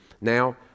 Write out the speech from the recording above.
now